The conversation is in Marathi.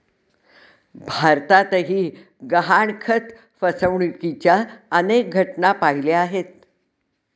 भारतातही गहाणखत फसवणुकीच्या अनेक घटना पाहिल्या आहेत